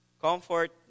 comfort